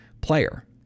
player